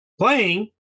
playing